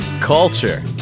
culture